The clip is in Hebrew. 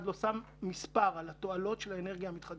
לא שם מספר על התועלות של האנרגיה המתחדשת.